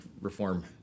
reform